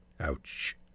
Ouch